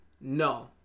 No